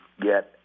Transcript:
get